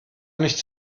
nicht